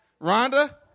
Rhonda